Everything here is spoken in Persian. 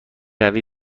قوی